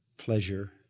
Pleasure